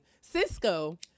Cisco